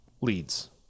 leads